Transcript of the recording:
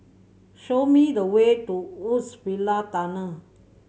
show me the way to Woodsville Tunnel